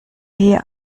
hier